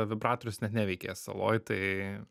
vibratorius net neveikė saloj tai